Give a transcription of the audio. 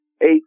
eight